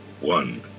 one